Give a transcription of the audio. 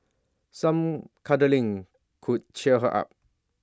some cuddling could cheer her up